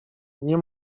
nie